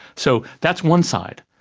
so that's one side.